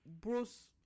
Bruce